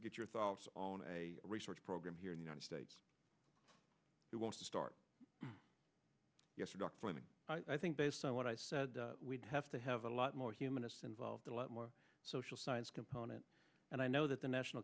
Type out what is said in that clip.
get your thoughts on a research program here in united states we want to start i think based on what i said we'd have to have a lot more humanist involved a lot more social science component and i know that the national